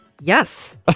Yes